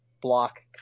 block